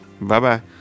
Bye-bye